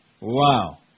Wow